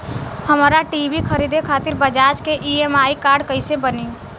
हमरा टी.वी खरीदे खातिर बज़ाज़ के ई.एम.आई कार्ड कईसे बनी?